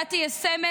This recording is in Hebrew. אתה תהיה סמל